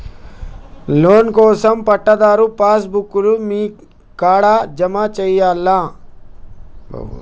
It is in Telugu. లోన్ కోసం పట్టాదారు పాస్ బుక్కు లు మీ కాడా జమ చేయల్నా?